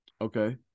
Okay